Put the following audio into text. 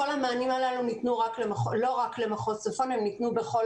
כל המענים הללו ניתנו לא רק למחוז צפון אלא ניתנו בכל